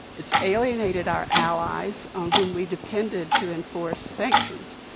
it's alienated our allies on whom we depended to and force sanctions.